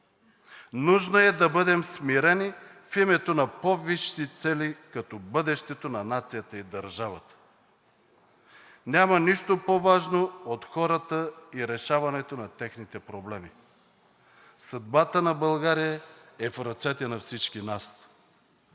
Нужно е да бъдем смирени в името на по-висши цели, като бъдещето на нацията и държавата. Няма нищо по-важно от хората и решаването на техните проблеми. Съдбата на България е в ръцете на всички нас.